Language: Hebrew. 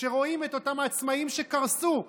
כשרואים את אותם עצמאים שקרסו.